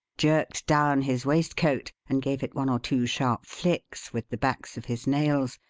jerked down his waistcoat and gave it one or two sharp flicks with the backs of his nails,